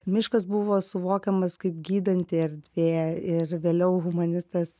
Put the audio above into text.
miškas buvo suvokiamas kaip gydanti erdvė ir vėliau humanistas